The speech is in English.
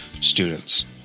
students